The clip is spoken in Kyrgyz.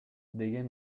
деген